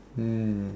mm